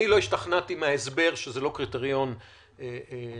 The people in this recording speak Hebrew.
אני לא השתכנעתי מההסבר שזה לא קריטריון רלוונטי.